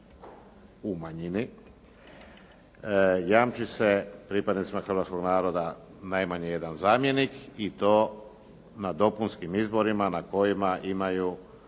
u manjini, jamči se pripadnicima hrvatskoga naroda najmanje jedan zamjenik i to na dopunskim izborima na kojima imaju